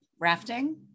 rafting